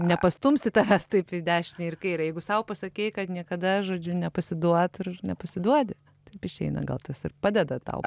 nepastumsi tavęs taip į dešinę ir į kairę jeigu sau pasakei kad niekada žodžiu nepasiduot ir nepasiduodi taip išeina gal tas ir padeda tau